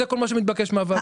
זה כל מה שמתבקש מהוועדה.